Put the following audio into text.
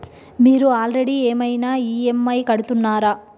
మీరు ఆల్రెడీ ఏమైనా ఈ.ఎమ్.ఐ కడుతున్నారా?